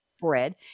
bread